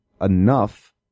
enough